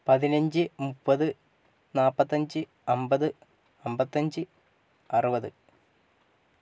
പതിനഞ്ച് മുപ്പത് നാല്പത്തിയഞ്ച് അമ്പത് അമ്പത്തിയഞ്ച് അറുപത്